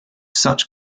such